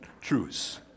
truths